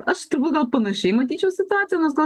aš turbūt gal panašiai matyčiau situaciją nors gal